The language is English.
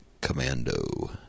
Commando